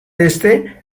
este